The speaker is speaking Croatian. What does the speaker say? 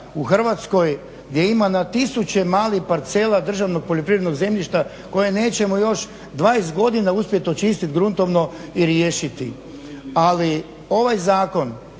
u Hrvatskoj gdje ima na tisuće malih parcela državnog poljoprivrednog zemljitša koje nećemo još 20 godina uspjet očistit gruntovno i riješiti. Ali ovaj zakon